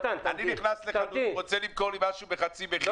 אני נכנס לחנות והוא רוצה למכור לי משהו בחצי מחיר.